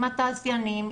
עם התעשיינים,